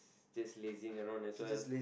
just lazing around as well